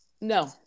No